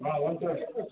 آ وَن سا